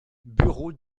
bureau